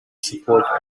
support